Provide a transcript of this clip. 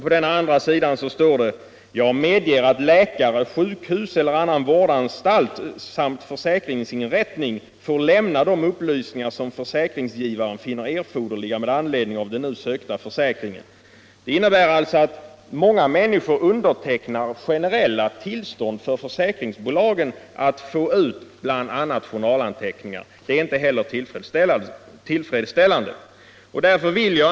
På denna andra sida står det: ”Jag medger att läkare, sjukhus eller annan vårdanstalt samt försäkringsinrättning ——-—-— får lämna de upplysningar, som försäkringsgivaren finner erforderliga med anledning av den nu sökta försäkringen.” Det innebär alltså att många människor undertecknar generella tillstånd för försäkringsbolagen att få ut bl.a. journalanteckningar. Det är inte heller tillfredsställande.